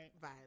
Right